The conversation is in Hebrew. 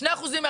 2%?